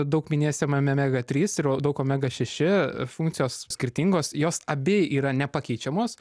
daug minėsime omega trys ir daug omega šeši funkcijos skirtingos jos abi yra nepakeičiamos